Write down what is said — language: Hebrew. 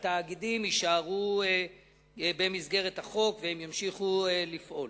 התאגידים יישארו במסגרת החוק וימשיכו לפעול.